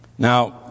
Now